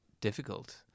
difficult